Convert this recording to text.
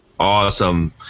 awesome